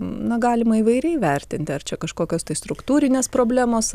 na galima įvairiai vertinti ar čia kažkokios tai struktūrinės problemos